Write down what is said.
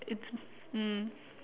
mm